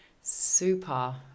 super